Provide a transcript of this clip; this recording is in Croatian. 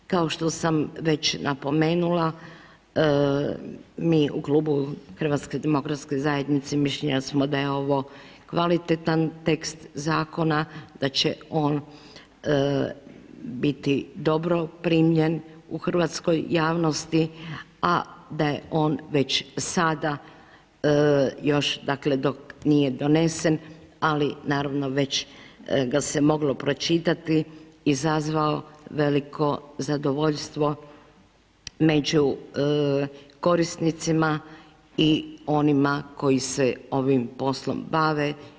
Kao što sam već napomenula mi u Klubu HDZ-a mišljenja smo da je ovo kvalitetan tekst zakona, da će on biti dobro primljen u hrvatskoj javnosti, a da je on već sada još, dakle dok nije donesen, ali naravno već ga se moglo pročitati, izazvao veliko zadovoljstvo među korisnicima i onima koji se ovim poslom bave.